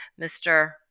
Mr